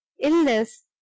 illness